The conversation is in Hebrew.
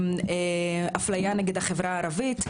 אפליה נגד החברה הערבית.